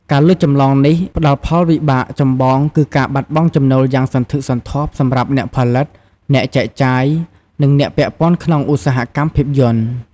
ការលួចចម្លងនេះផ្តលផលវិបាកចម្បងគឺការបាត់បង់ចំណូលយ៉ាងសន្ធឹកសន្ធាប់សម្រាប់អ្នកផលិត អ្នកចែកចាយ និងអ្នកពាក់ព័ន្ធក្នុងឧស្សាហកម្មភាពយន្ត។